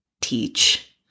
teach